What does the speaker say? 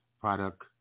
product